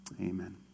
Amen